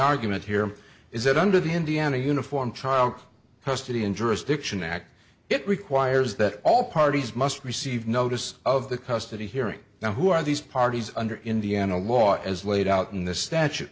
argument here is that under the indiana uniform child custody in jurisdiction act it requires that all parties must receive notice of the custody hearing now who are these parties under indiana law as laid out in the statu